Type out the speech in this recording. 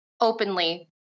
openly